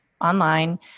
online